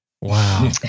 Wow